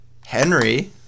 Henry